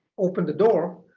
open the door,